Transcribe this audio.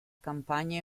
campagna